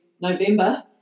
November